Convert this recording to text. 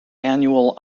annual